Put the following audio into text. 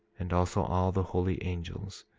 and also all the holy angels,